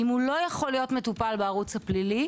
אם הוא לא יכול להיות מטופל בערוץ הפלילי,